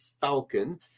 falcon